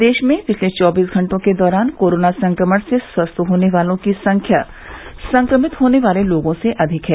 प्रदेश में पिछले चौबीस घंटों के दौरान कोरोना संक्रमण से स्वस्थ होने वालों की संख्या संक्रमित होने वाले लोगों से अधिक है